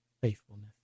Faithfulness